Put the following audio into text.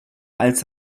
als